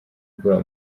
ubwoba